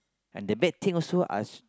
and the bad thing also I